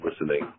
listening